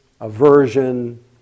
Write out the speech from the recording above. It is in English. aversion